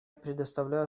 предоставляю